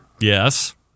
yes